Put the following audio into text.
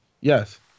Yes